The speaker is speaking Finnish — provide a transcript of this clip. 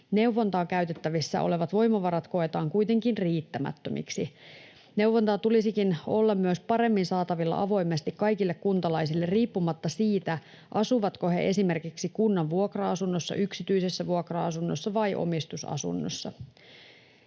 Neuvontaan käytettävissä olevat voimavarat koetaan kuitenkin riittämättömiksi. Neuvontaa tulisikin olla myös paremmin saatavilla avoimesti kaikille kuntalaisille riippumatta siitä, asuvatko he esimerkiksi kunnan vuokra-asunnossa, yksityisessä vuokra-asunnossa vai omistusasunnossa.